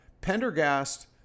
Pendergast